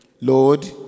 Lord